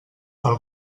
pel